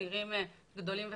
נראים גדולים וחזקים.